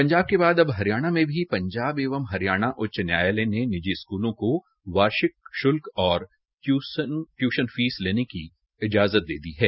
पंजाब के बाद अब हरियाणा के भी पंजाब एवं हरियाणा उच्च न्यायालय ने निजी स्कूलों को वार्षिक शुल्क और ट्यशन फीस लेने की की इजाजत दे दी है